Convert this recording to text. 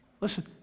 Listen